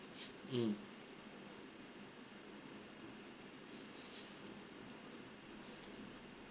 mm